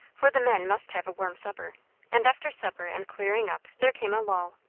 for the men must have a warm supper and after supper and clearing up there came a lull.